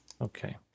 Okay